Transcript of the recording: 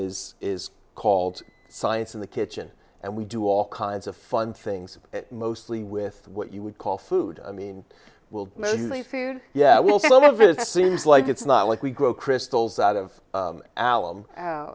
is is called science in the kitchen and we do all kinds of fun things mostly with what you would call food i mean will the food yeah we also have it seems like it's not like we grow crystals out of alum